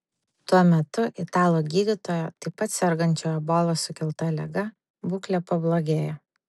tuo metu italų gydytojo taip pat sergančio ebolos sukelta liga būklė pablogėjo